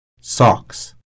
socks